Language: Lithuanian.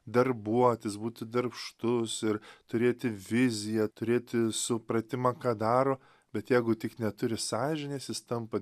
darbuotis būti darbštus ir turėti viziją turėti supratimą ką daro bet jegu tik neturi sąžinės jis tampa